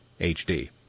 HD